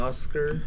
Oscar